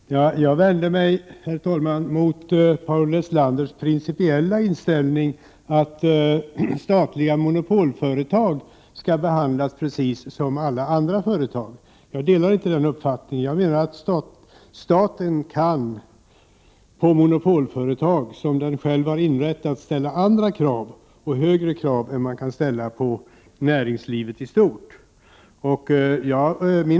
Herr talman! Jag vänder mig mot Paul Lestanders principiella inställning att statliga monopolföretag skall behandlas precis som alla andra företag. Jag delar inte den uppfattningen. Jag menar att staten kan ställa andra och högre krav på monopolföretag som den själv har inrättat, än vad man kan ställa på näringslivet i stort.